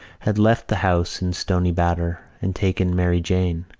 had left the house in stoney batter and taken mary jane,